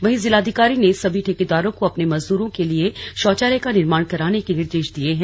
वहीं जिलाधिकारी ने सभी ठेकेदारों को अपने मजदूरों के लिए शौचालय का निर्माण कराने के निर्देश दिये हैं